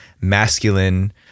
masculine